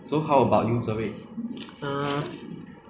新冠装病新冠状病毒会